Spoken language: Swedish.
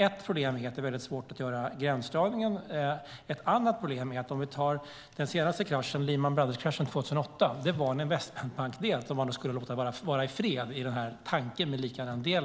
Ett problem är att det är mycket svårt att göra en gränsdragning. Jag kan nämna ett annat problem. Vi kan som exempel ta den senaste kraschen, Lehman Brothers-kraschen 2008. Lehman Brothers var en investmentbank. Tanken i Liikanenrapporten är att man skulle låta investmentbankdelen vara i